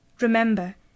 Remember